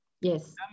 Yes